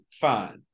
fine